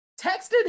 texted